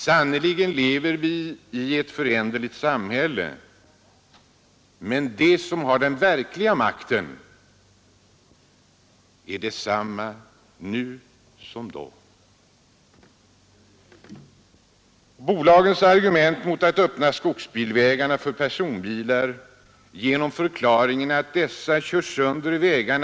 Sannerligen lever vi i ett föränderligt samhälle, men de som har den verkliga makten är desamma nu som då. Bolagens argument mot att öppna skogsbilvägarna för personbilar är att dessa kör sönder vägarna.